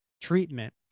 treatment